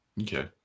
Okay